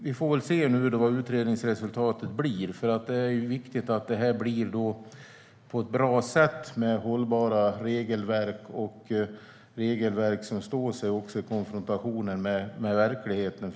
Vi får väl se vad utredningsresultatet blir. Det är viktigt att det blir bra, med hållbara regelverk som också står sig i konfrontationen med verkligheten.